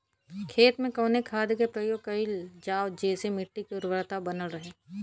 खेत में कवने खाद्य के प्रयोग कइल जाव जेसे मिट्टी के उर्वरता बनल रहे?